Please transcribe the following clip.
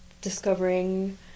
discovering